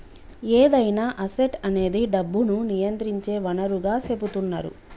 ఏదైనా అసెట్ అనేది డబ్బును నియంత్రించే వనరుగా సెపుతున్నరు